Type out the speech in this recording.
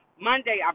Monday